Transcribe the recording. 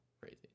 crazy